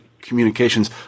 communications